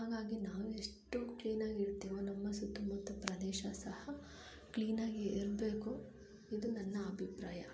ಹಾಗಾಗಿ ನಾವೆಷ್ಟು ಕ್ಲೀನ್ ಆಗಿ ಇರ್ತೇವೋ ನಮ್ಮ ಸುತ್ತಮುತ್ತ ಪ್ರದೇಶ ಸಹ ಕ್ಲೀನಾಗಿ ಇರಬೇಕು ಇದು ನನ್ನ ಅಭಿಪ್ರಾಯ